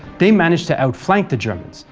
they managed to outflank the germans,